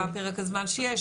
מה פרק הזמן שיש,